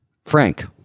Frank